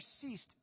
ceased